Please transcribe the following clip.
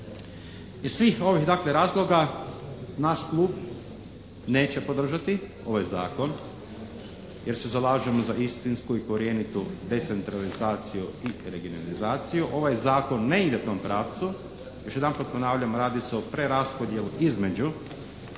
Iz svih ovih razloga naš klub neće podržati ovaj zakon jer se zalažemo za istinsku i korjenitu decentralizaciju i regionalizaciju. Ovaj zakon ne ide u tom pravcu. Još jedanput ponavljam, radi se o preraspodjeli između,